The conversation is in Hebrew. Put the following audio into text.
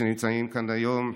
שנמצאים כאן היום,